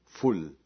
full